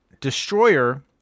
Destroyer